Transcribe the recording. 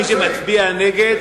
מי שמצביע נגד,